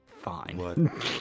fine